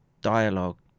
dialogue